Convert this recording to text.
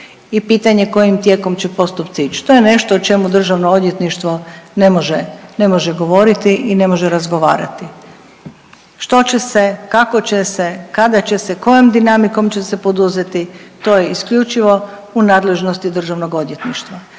i pitanje kojim tijekom će postupci ić. To je nešto o čemu državno odvjetništvo ne može govoriti i ne može razgovarati, što će se, kako će se, kada će se kojom dinamikom će se poduzeti to je isključivo u nadležnosti državnog odvjetništva